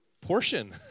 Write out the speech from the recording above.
portion